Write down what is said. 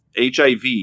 HIV